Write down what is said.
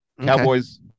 Cowboys